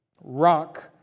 Rock